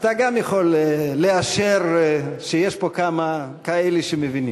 גם אתה יכול לאשר שיש פה כמה שמבינים.